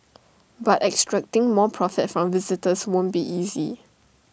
but extracting more profit from visitors won't be easy